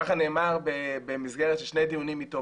ככה נאמר במסגרת של שני דיונים איתו,